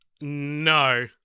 no